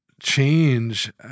change